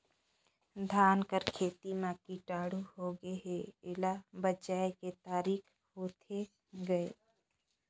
धान कर खेती म कीटाणु होगे हे एला बचाय के तरीका होथे गए?